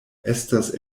estas